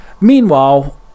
meanwhile